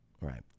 Right